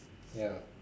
ya